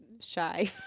shy